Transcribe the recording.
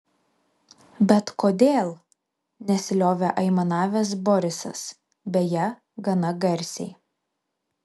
bet kodėl nesiliovė aimanavęs borisas beje gana garsiai